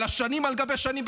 אלא שנים על גבי שנים,